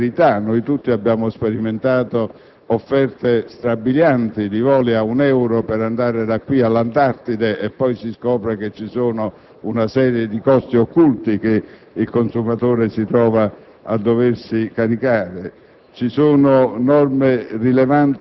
che vengono ricondotte a verità. Noi tutti abbiamo sperimentato offerte strabilianti di voli ad un euro per andare da qui all'Antartide, che nascondono però una serie di costi occulti che il consumatore si trova ad affrontare.